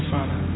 Father